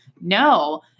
No